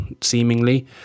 seemingly